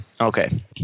Okay